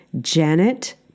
Janet